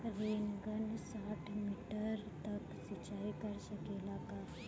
Rain gun साठ metre तक सिचाई कर सकेला का?